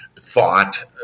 Thought